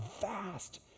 vast